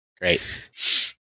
Great